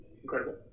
incredible